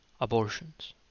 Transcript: abortions